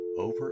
over